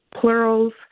plurals